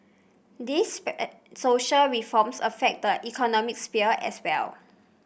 these social reforms affect the economic sphere as well